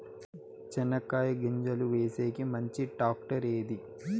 చెనక్కాయ గింజలు వేసేకి మంచి టాక్టర్ ఏది?